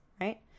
right